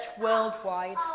worldwide